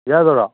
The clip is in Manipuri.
ꯌꯥꯗꯣꯏꯔꯥ